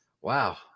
wow